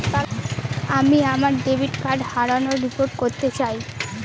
আমি আমার debit card হারানোর রিপোর্ট করতে চাই